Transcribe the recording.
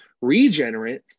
regenerate